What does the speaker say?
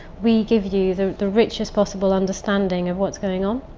we give you the the richest possible understanding of what's going on.